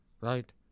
Right